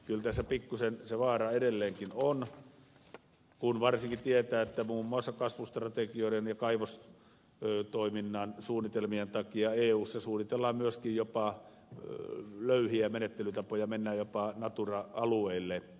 kyllä tässä pikkusen se vaara edelleenkin on kun varsinkin tietää että muun muassa kasvustrategioiden ja kaivostoiminnan suunnitelmien takia eussa suunnitellaan myöskin jopa löyhiä menettelytapoja mennään jopa natura alueille